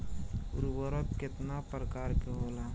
उर्वरक केतना प्रकार के होला?